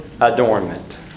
adornment